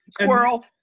squirrel